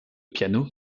piano